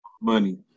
money